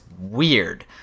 weird